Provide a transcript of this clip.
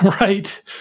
Right